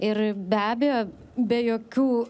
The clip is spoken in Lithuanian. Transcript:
ir be abejo be jokių